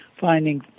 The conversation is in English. finding